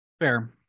Fair